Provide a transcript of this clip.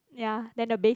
ya the base is